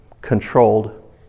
controlled